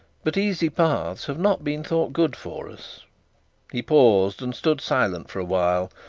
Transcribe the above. but easy paths have not been thought good for us he paused and stood silent for a while,